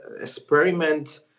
experiment